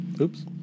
Oops